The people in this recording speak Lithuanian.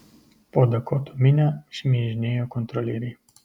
po dakotų minią šmižinėjo kontrolieriai